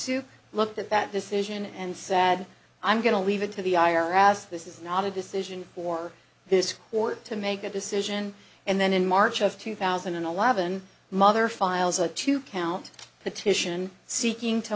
sue looked at that decision and sad i'm going to leave it to the i r s this is not a decision for this court to make a decision and then in march of two thousand and eleven mother files a two count petition seeking to